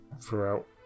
throughout